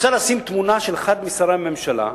רוצה לתת תמונה של אחד משרי הממשלה,